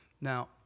Now